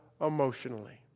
emotionally